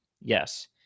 yes